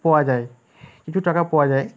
পাওয়া যায় কিছু টাকা পাওয়া যায়